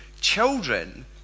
children